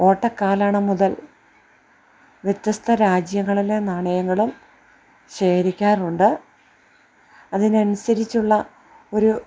ഓട്ടക്കാലണ മുതൽ വ്യത്യസ്ത രാജ്യങ്ങളിലെ നാണയങ്ങളും ശേഖരിക്കാറുണ്ട് അതിന് അനുസരിച്ചുള്ള ഒരു